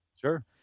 sure